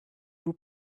vous